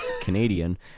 Canadian